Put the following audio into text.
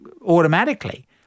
automatically